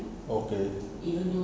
okay